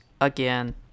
again